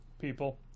people